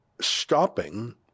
stopping